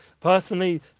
personally